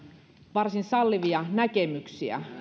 varsin sallivia näkemyksiä